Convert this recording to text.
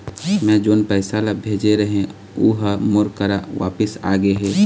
मै जोन पैसा ला भेजे रहें, ऊ हर मोर करा वापिस आ गे हे